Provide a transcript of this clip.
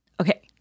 okay